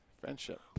Friendship